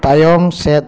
ᱛᱟᱭᱳᱢ ᱥᱮᱫ